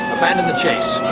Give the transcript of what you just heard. abandon the chase.